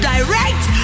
Direct